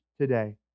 today